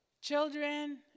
Children